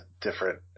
different